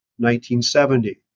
1970